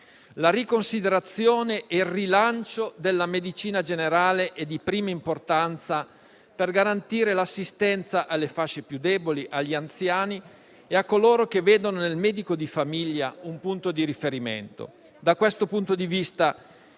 la riconsiderazione e il rilancio della medicina generale è di primaria importanza per garantire l'assistenza alle fasce più deboli, agli anziani e a coloro che vedono nel medico di famiglia un punto di riferimento. Da questo punto di vista